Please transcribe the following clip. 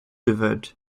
event